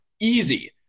Easy